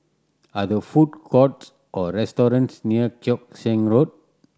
are there food courts or restaurants near Keong Saik Road